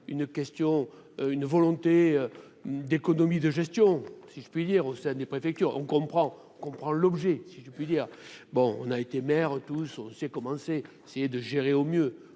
une question, une volonté d'économie de gestion si je puis dire, au sein des préfectures, on comprend qu'on prend l'objet si je puis dire, bon, on a été maire tous c'est commencer essayer de gérer au mieux,